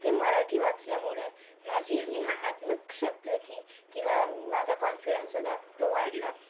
ते मराठी वाचल्यामुळे माझी जी आत्मक शक्ती होती किंवा माझा कॉन्फिडन्स होता तो वाढला